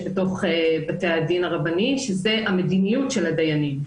בתוך בתי הדין הרבניים שהן המדיניות של הדיינים.